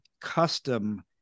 custom